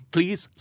Please